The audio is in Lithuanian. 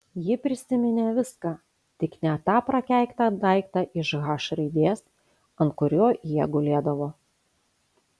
ji prisiminė viską tik ne tą prakeiktą daiktą iš h raidės ant kurio jie gulėdavo